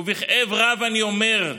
ובכאב רב אני אומר: